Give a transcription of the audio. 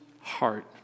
heart